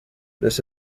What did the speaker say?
this